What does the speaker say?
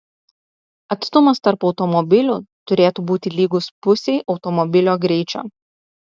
atstumas tarp automobilių turėtų būti lygus pusei automobilio greičio